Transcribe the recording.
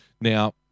Now